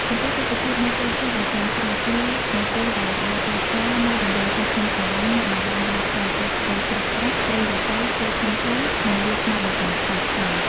ចំពោះទិដ្ឋភាពនៃព្រៃឈើបៃតងស្រស់ គឺនៅពេលដែលដើរត្រាច់ចរណ៍នៅតំបន់ជួរភ្នំក្រវាញអ្នកនឹងបានដើរឆ្លងកាត់ព្រៃក្រាស់ៗ ព្រៃឫស្សី ព្រៃធំៗ និងវាលស្មៅបៃតងខ្ចីៗ។